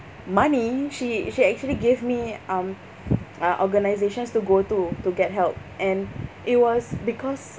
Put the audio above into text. money she she actually gave me um uh organisations to go to to get help and it was because